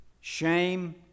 shame